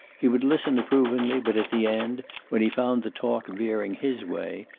he would listen approvingly, but at the end, when he found the talk veering his way,